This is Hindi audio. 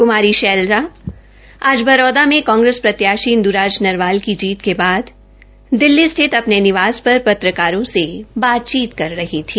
कुमारी शैलजा आज बरौदा में कांग्रेस प्रत्याशी इंद्राज नरवाल की जीत के बाद दिल्ली स्थित अपने निवास पर पत्रकारों से बातचीत कर रही थी